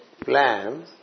plan